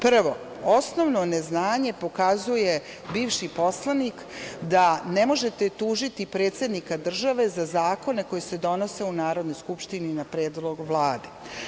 Prvo, osnovno neznanje pokazuje bivši poslanik da ne možete tužiti predsednika države za zakone koji se donose u Narodnoj skupštini na predlog Vlade.